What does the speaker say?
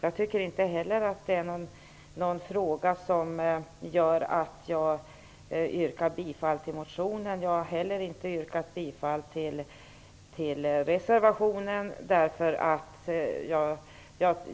Detta är inte heller någon fråga som gör att jag yrkar bifall till motionen. Jag har heller inte yrkat bifall till reservationen.